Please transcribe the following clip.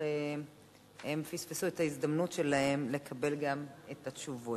הם פספסו את ההזדמנות שלהם לקבל את התשובות.